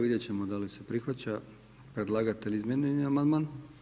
Vidjet ćemo da li se prihvaća predlagatelj izmijenjeni amandman.